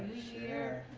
share!